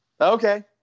Okay